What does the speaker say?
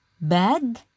Bag